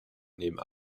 nehmen